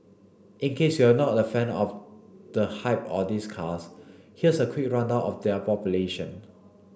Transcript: in case you're not a fan of the hype or these cars here's a quick rundown of their population